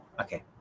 Okay